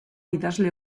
idazle